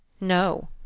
No